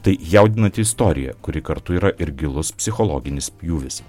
tai jaudinanti istorija kuri kartu yra ir gilus psichologinis pjūvis